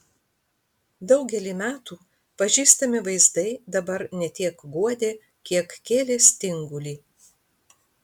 daugelį metų pažįstami vaizdai dabar ne tiek guodė kiek kėlė stingulį